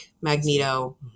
Magneto